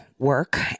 work